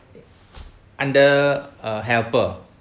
under a helper